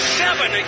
seven